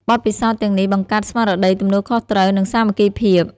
បទពិសោធន៍ទាំងនេះបង្កើតស្មារតីទំនួលខុសត្រូវ និងសាមគ្គីភាព។